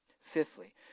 Fifthly